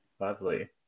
Lovely